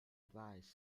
advise